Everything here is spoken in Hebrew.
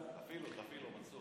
תפעיל לו, תפעילו לו, מנסור.